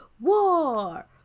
War